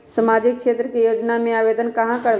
सामाजिक क्षेत्र के योजना में आवेदन कहाँ करवे?